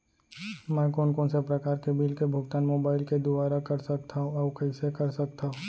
मैं कोन कोन से प्रकार के बिल के भुगतान मोबाईल के दुवारा कर सकथव अऊ कइसे कर सकथव?